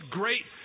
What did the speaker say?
great